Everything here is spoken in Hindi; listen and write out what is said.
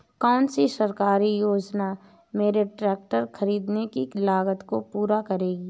कौन सी सरकारी योजना मेरे ट्रैक्टर ख़रीदने की लागत को पूरा करेगी?